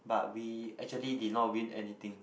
but we actually did not win anything